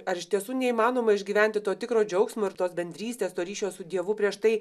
ar iš tiesų neįmanoma išgyventi to tikro džiaugsmo ir tos bendrystės to ryšio su dievu prieš tai